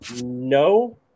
no